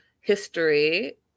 history